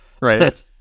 right